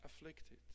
afflicted